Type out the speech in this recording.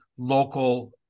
local